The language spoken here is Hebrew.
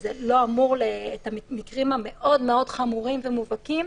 ובמקרים המאוד חמורים ומובהקים,